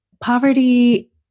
Poverty